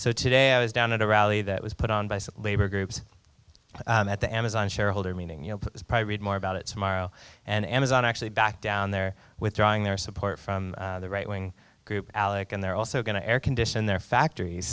so today i was down at a rally that was put on by labor groups at the amazon shareholder meeting you know probably read more about it tomorrow and amazon actually back down they're withdrawing their support from the right wing group alec and they're also going to air condition their factories